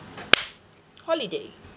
holiday